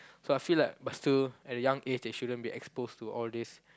so I feel like but still at young age they shouldn't be exposed to all this